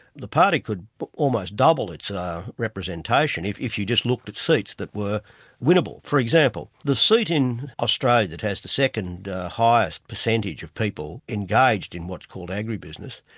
the party could almost double its representation if if you just looked at seats that were winnable. for example, the seat in australia that has the second highest percentage of people engaged in what's called agribusiness,